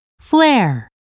Flare